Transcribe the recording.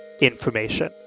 information